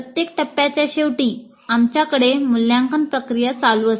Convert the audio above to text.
प्रत्येक टप्प्याच्या शेवटी आमच्याकडे मूल्यांकन प्रक्रिया चालू असते